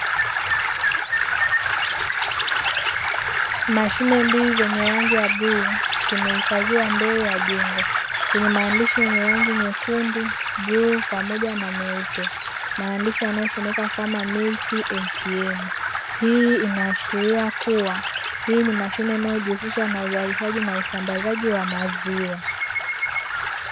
Mashine mbili zenye rangi ya bluu, zimehifadhiwa mbele ya jengo zenye maandishi yenye rangi nyekundu, bluu pamoja na meupe. Maandishi yanayosomeka kama milki :ATM", hii inaashiria kuwa hii ni mashine inayojihusisha na uuzaji na usambazaji wa maziwa.